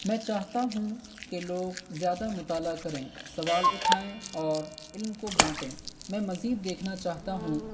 میں چاہتا ہوں کہ لوگ زیادہ مطالعہ کریں سوال اٹھائیں اور علم کو بانٹیں میں مزید دیکھنا چاہتا ہوں